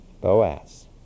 Boaz